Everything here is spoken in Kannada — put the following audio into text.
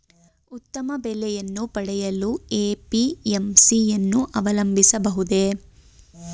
ಉತ್ತಮ ಬೆಲೆಯನ್ನು ಪಡೆಯಲು ಎ.ಪಿ.ಎಂ.ಸಿ ಯನ್ನು ಅವಲಂಬಿಸಬಹುದೇ?